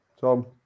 Tom